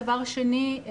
דבר שני,